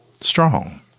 strong